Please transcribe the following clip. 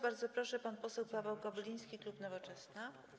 Bardzo proszę, pan poseł Paweł Kobyliński, klub Nowoczesna.